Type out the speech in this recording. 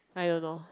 I don't know